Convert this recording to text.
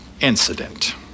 incident